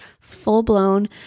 full-blown